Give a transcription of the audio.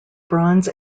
bronze